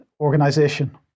organization